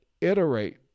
iterate